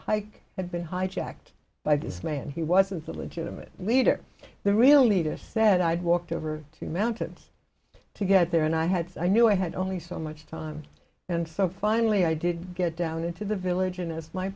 hike had been hijacked by just man he wasn't a legitimate leader the real leader said i'd walked over to mountains to get there and i had so i knew i had only so much time and so finally i did get down to the village and as my